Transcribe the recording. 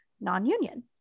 non-union